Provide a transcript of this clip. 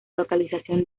localización